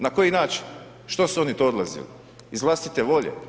Na koji način, što su oni to odlazili, iz vlastite volje?